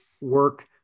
work